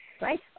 right